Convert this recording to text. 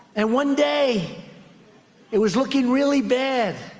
and one day it was looking really bad